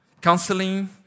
counseling